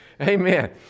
Amen